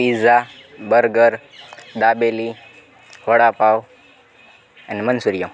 pizza burger dabeli vada pav અને Manchurian